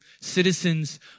citizens